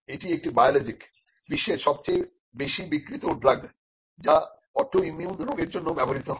এটি একটি বায়োলজিক বিশ্বের সবচেয়ে বেশি বিক্রিত ড্রাগ যা অটোইমিউন রোগের জন্য ব্যবহৃত হয়